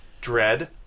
Dread